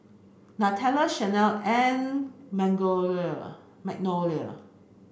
Nutella Chanel and Magnolia